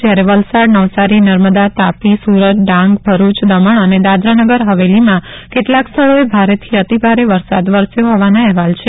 જ્યારે વલસાડ નવસારી નર્મદા તાપી સુરત ડાંગ ભરૂચ દમણ અને દાદરા નગર હવેલીમાં કેટલાંક સ્થળોએ ભારેથી અતિભારે વરસાદ વરસ્યો હોવાના અહેવાલ છે